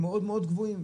מאוד גבוהים,